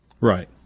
Right